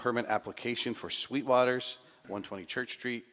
permit application for sweetwaters one twenty church street